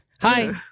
Hi